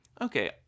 Okay